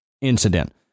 incident